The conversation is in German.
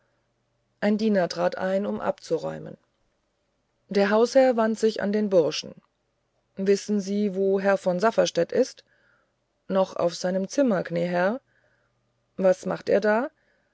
ein diener trat ein um abzuräumen der hausherr wandte sich an den burschen weißt du wo herr von safferstätt ist noch auf seinem zimmer gnä herr was macht er da